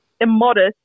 immodest